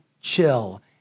chill